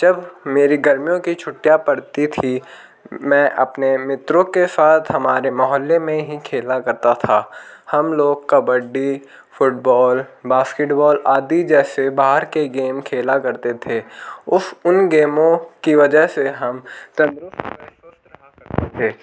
जब मेरी गर्मियों की छुट्टियाँ पड़ती थीं मैं अपने मित्रों के साथ हमारे मोहल्ले में ही खेला करता था हम लोग कबड्डी फ़ुटबॉल बास्किटबॉल आदि जैसे बाहर के गेम खेला करते थे उस उन गेमों की वजह से हम तंदरुस्त व चुस्त रहा करते थे